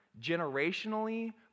generationally